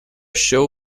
show